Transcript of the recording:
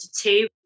two